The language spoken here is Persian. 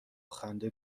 خنده